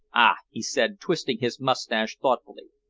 ah! he said, twisting his mustache thoughtfully.